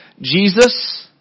Jesus